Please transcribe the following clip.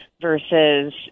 versus